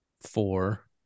four